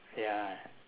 ya